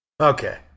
Okay